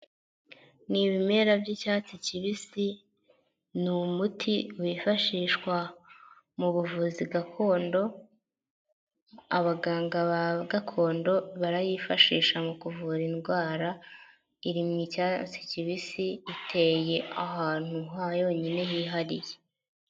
Ni ibimera by'icyatsi kibisi ni umuti wifashishwa mu buvuzi gakondo, abaganga ba gakondo barayifashisha mu kuvura indwara, iri mu icyatsi kibisi iteye ahantu hayonyine hihariye.